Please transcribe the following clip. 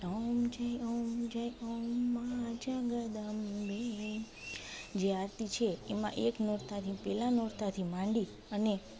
જે આરતી છે એમાં એક નોરતાથી પહેલા નોરતાથી માંડી અને